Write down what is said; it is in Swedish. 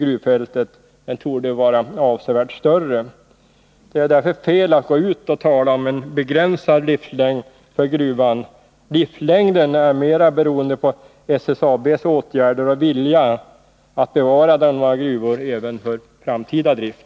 Kvantiteten torde vara avsevärt större. Därför är det felaktigt att gå ut och tala om en begränsad livslängd för gruvan. Livslängden är mera beroende av SSAB:s åtgärder och vilja att bevara Dannemora gruvor även för framtida drift.